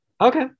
Okay